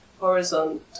Horizon